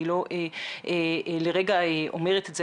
אני לרגע לא אומרת את זה,